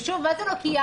ושוב, מה זה לא ציינתי?